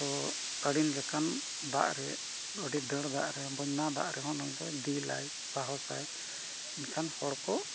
ᱛᱳ ᱟᱹᱰᱤ ᱞᱮᱠᱟᱱ ᱫᱟᱜᱨᱮ ᱟᱹᱰᱤ ᱫᱟᱹᱲ ᱫᱟᱜ ᱨᱮ ᱵᱚᱭᱱᱟ ᱫᱟᱜ ᱨᱮᱦᱚᱸ ᱱᱩᱭᱫᱚ ᱫᱤᱞᱟᱭ ᱥᱟᱦᱚᱥᱟᱭ ᱮᱱᱠᱷᱟᱱ ᱦᱚᱲ ᱠᱚ